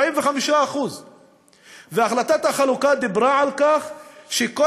45%. והחלטת החלוקה דיברה על כך שכל